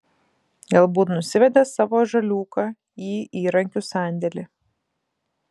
galbūt nusivedė savo žaliūką į įrankių sandėlį